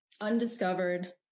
undiscovered